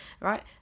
right